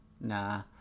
Nah